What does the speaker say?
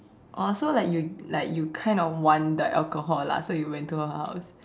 oh so like you like you kind of want the alcohol lah so you went to her house